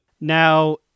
Now